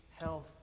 health